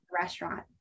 restaurant